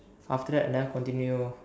after that I never continue